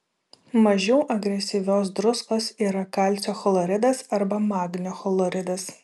mažiau agresyvios druskos yra kalcio chloridas arba magnio chloridas